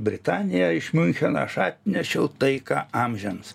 britaniją iš miuncheno aš atnešiau taiką amžiams